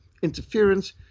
interference